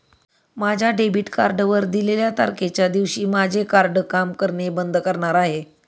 माझ्या डेबिट कार्डवर दिलेल्या तारखेच्या दिवशी माझे कार्ड काम करणे बंद करणार आहे